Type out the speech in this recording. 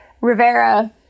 Rivera